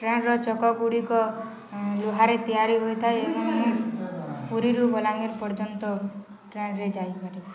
ଟ୍ରେନ୍ର ଚକ ଗୁଡ଼ିକ ଲୁହାରେ ତିଆରି ହୋଇଥାଏ ଏବଂ ପୁରୀ ରୁ ବଲାଙ୍ଗୀର ପର୍ଯ୍ୟନ୍ତ ଟ୍ରେନ୍ରେ ଯାଇପାରେ